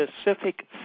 specific